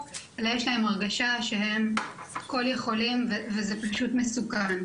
אלא יש להם הרגשה שהם כל יכולים וזה פשוט מסוכן.